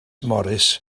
morris